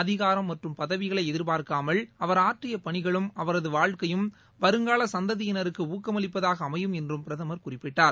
அதிகாரம் மற்றும் பதவிகளை எதிர்பார்க்காமல் அவர் ஆற்றிய பணிகளும் அவரது வாழ்க்கையும் வருங்கால சந்ததியினருக்கு ஊக்கமளிப்பதாக அமையும் என்றும் பிரதமர் குறிப்பிட்டார்